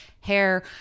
hair